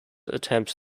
attempts